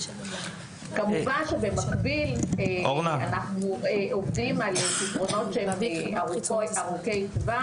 כמובן שבמקביל אנחנו עובדים על פתרונות ארוכי טווח,